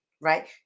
right